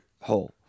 hole